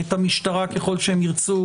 את המשטרה ככל שהם ירצו